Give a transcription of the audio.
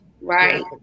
right